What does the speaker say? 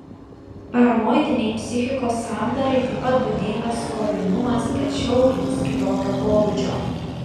paranoidinei psichikos sandarai taip pat būdingas kovingumas tačiau jis kitokio pobūdžio